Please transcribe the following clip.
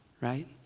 right